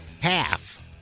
half